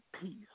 peace